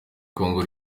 congo